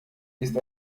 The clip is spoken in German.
ist